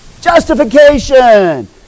Justification